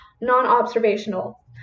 Non-observational